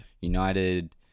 United